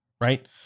right